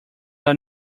are